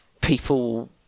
people